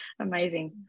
amazing